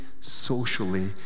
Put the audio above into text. socially